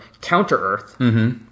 counter-Earth